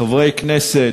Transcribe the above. תודה רבה, חברי הכנסת,